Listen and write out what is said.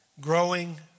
growing